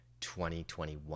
2021